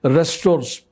restores